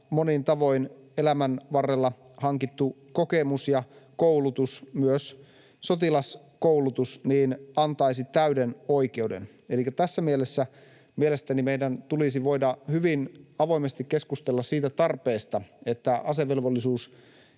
monin tavoin elämän varrella hankittu kokemuksensa ja koulutuksensa, myös sotilaskoulutus, antaisi täyden oikeuden. Elikkä tässä mielessä mielestäni meidän tulisi voida hyvin avoimesti keskustella siitä tarpeesta, että asevelvollisuusikä